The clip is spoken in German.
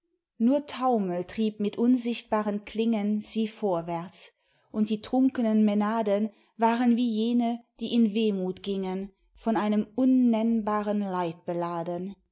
nur taumel trieb mit unsichtbaren klingen sie vorwärts und die trunkenen mänaden waren wie jene die in wehmut gingen von einem unnennbaren leid beladen